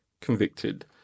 convicted